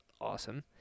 awesome